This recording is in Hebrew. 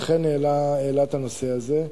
אכן העלה את הנושא הזה.